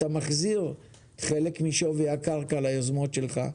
אתה מחזיר חלק משווי הקרקע ליוזמות שלך.